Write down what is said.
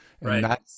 Right